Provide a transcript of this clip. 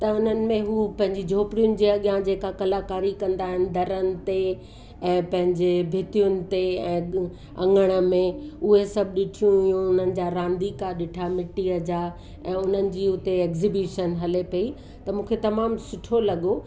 त हुननि में हू पंहिंजी झुपिड़ियुनि जे अॻियां जेका कलाकारी कंदा आहिनि दरनि ते ऐं पंहिंजे भितियुनि ते ऐं अंॻण में उहे सभु ॾिठी हुयूं उन्हनि जा रांदीका ॾिठा मिट्टीअ जा ऐं उन्हनि जी हुते एक्ज़ीबिशन हले पयी त मूंखे तमामु सुठो लॻो